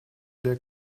der